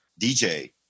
DJ